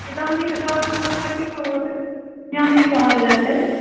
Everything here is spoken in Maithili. सीतामढ़ी के स्वास्थ ब्यबस्थाके की कहुँ ओते बढ़िऑं नहि कहल जेतै